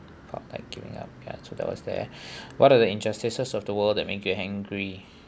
felt like giving up ya so that was there what are the injustices of the world that make you angry